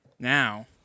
Now